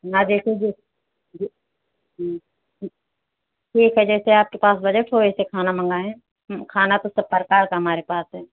ना जैसे जे ज ठीक है जैसे आपके पास बजेट हो वैसे आप खाना मंगाएं खाना तो सब प्रकार का हमारे पास है